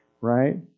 Right